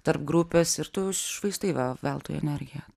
tarp grupės ir tu švaistai veltui energiją